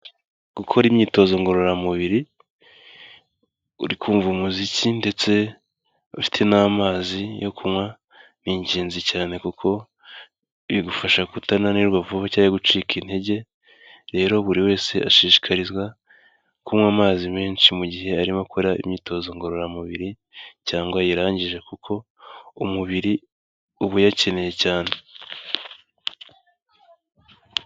Gukora imyitozo ngororamubiri uri kumva umuziki ndetse, ufite n'amazi yo kunywa, ni ingenzi cyane kuko bigufasha kutananirwa vuba cyangwa gucika intege. Rero buri wese ashishikarizwa, kunywa amazi menshi mu gihe arimo akora imyitozo ngororamubiri, cyangwa ayirangije kuko umubiri uba uyakeneye cyane.